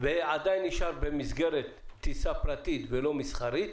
ועדיין נשאר במסגרת טיסה פרטית ולא מסחרית,